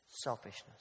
Selfishness